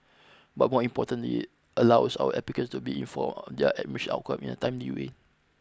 but more importantly allows our applicants to be informed their admission outcome in a timely way